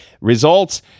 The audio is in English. Results